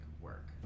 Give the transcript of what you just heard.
work